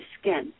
Skin